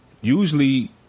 Usually